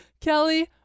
Kelly